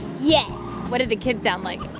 yes what did the kids sound like?